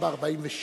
ב-1946